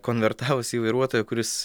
konvertavus į vairuotoją kuris